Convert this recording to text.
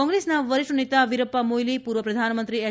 કોંગ્રેસના વરિષ્ઠ નેતા વીરપ્પા મોઇલી પૂર્વ પ્રધાનમંત્રી એચ